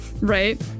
right